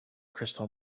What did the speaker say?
crystal